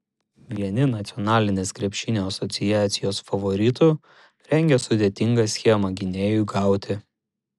vieni nacionalinės krepšinio asociacijos favoritų rengia sudėtingą schemą gynėjui gauti